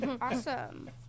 awesome